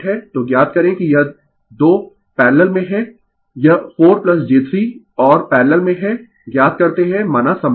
तो ज्ञात करें कि यह 2 पैरलल में है यह 4 j 3 और पैरलल में है ज्ञात करते है माना समतुल्य